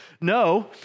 No